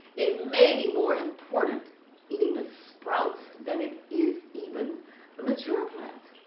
it maybe more important eating the sprouts than it is even the mature plants.